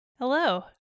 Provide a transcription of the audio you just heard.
Hello